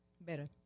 Better